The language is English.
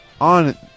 on